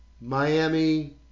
Miami